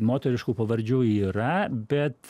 moteriškų pavardžių yra bet